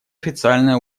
официальное